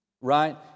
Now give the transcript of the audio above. Right